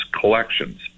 collections